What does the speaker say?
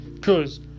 cause